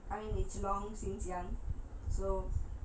I mean it's long since young so